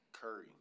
Curry